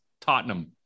Tottenham